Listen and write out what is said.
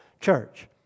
church